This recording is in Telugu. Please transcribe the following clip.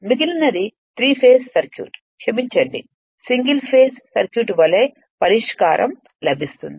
మిగిలినది త్రి ఫేస్ సర్క్యూట్ క్షమించండి అంతా సింగిల్ ఫేస్ సర్క్యూట్ వలే పరిష్కారం లభిస్తుంది